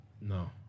No